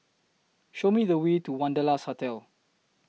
Show Me The Way to Wanderlust Hotel